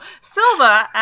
Silva